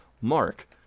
mark